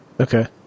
Okay